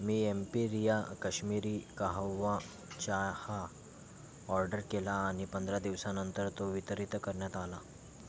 मी Emperia Kashmiri kahwa चहा order केला आणि पंधरा दिवसानंतर तो वितरित करण्यात आला